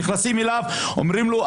נכנסים אליו ואומרים לו,